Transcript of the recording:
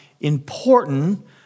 important